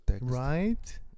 Right